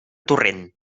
torrent